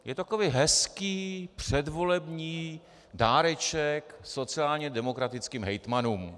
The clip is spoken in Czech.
Je to takový hezký předvolební dáreček sociálně demokratickým hejtmanům.